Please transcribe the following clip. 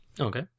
Okay